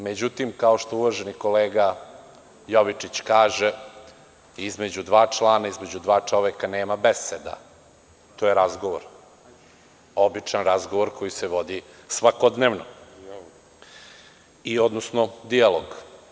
Međutim, kao što uvaženi kolega Jovičić kaže, između dva člana i između dva čoveka nema beseda, to je razgovor, običan razgovor koji se vodi svakodnevno, odnosno dijalog.